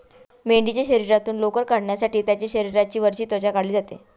मेंढीच्या शरीरातून लोकर काढण्यासाठी त्यांची शरीराची वरची त्वचा काढली जाते